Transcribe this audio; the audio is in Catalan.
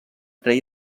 rei